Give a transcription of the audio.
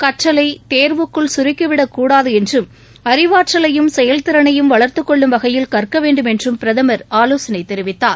கற்றலைதேர்வுக்குள் சுருக்கிவிடக் கூடாதுஎன்றும் அறிவாற்றலையும் செயல்திறனையும் வளர்த்துக் கொள்ளும் வகையில் கற்கவேண்டும் என்றும் பிரதமர் ஆலோசனைதெரிவித்தார்